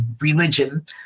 religion